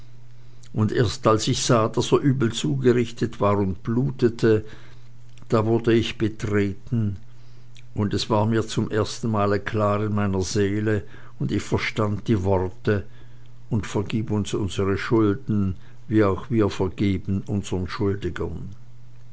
und erst als ich sah daß er übel zugerichtet war und blutete da wurde ich betreten und es ward zum dritten male klar in meiner seele und ich verstand die worte und vergib uns unsere schulden wie auch wir vergeben unsern schuldigern